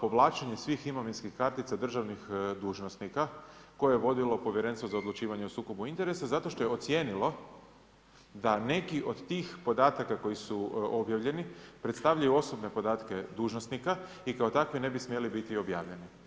povlačenje svih imovinskih kartica državnih dužnosnika koje je vodilo Povjerenstvo za odlučivanje u sukobu interesa zato što je ocijenilo da neki od tih podataka koji su objavljeni predstavljaju osobne podatke dužnosnika i kao takvi ne bi smjeli biti objavljeni.